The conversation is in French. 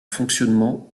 fonctionnement